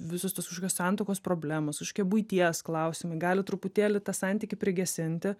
visos tos kažkokios santuokos problemos kažkokie buities klausimai gali truputėlį tą santykį prigesinti